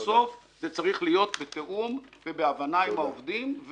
בסוף זה צריך להיות בתיאום ובהבנה עם העובדים,